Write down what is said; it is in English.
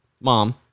Mom